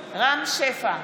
שפע,